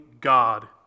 God